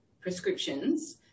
prescriptions